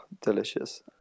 delicious